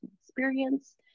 experience